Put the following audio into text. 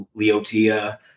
Leotia